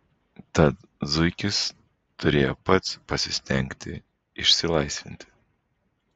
tad zuikis turėjo pats pasistengti išsilaisvinti